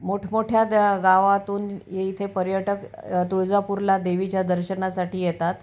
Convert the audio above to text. मोठमोठ्या द गावातून ये इथे पर्यटक तुळजापूरला देवीच्या दर्शनासाठी येतात